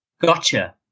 Gotcha